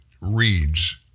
reads